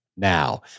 now